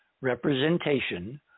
representation